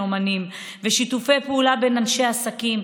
אומנים ושיתופי פעולה בין אנשי עסקים,